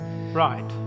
Right